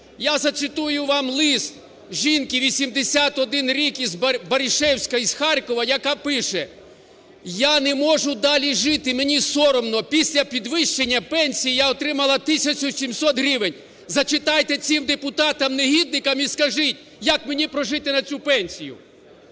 Я зацитую вам лист, жінці 81 рік, Баришевська із Харкова, яка пише: "Я не можу далі жити, мені соромно, після підвищення пенсії я отримала 1700 гривень. Зачитайте цим депутатам-негідникам і скажіть, як мені прожити на цю пенсію".